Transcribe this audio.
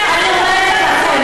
תעודת הזהות שלי,